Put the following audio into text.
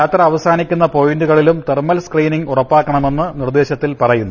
യാത്ര അവസാനിക്കുന്ന പോയിന്റുകളിലും തെർമൽ സ്ക്രീനിംഗ് ഉറപ്പാക്കണ മെന്ന് നിർദേശത്തിൽ പറയുന്നു